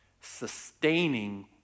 sustaining